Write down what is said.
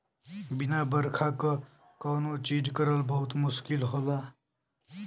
बिना बरखा क कौनो चीज करल बहुत मुस्किल होला